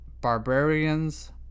barbarians